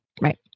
right